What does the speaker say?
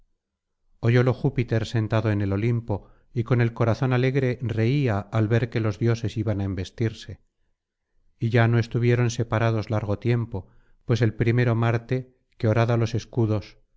oyólo júpiter sentado en el olimpo y con el corazón alegre reía al ver que los dioses iban á embestirse y ya no estuvieron separados largo tiempo pues el primero marte que horada los escudos